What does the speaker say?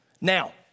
Now